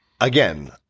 Again